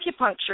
acupuncture